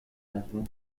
bedroom